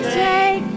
take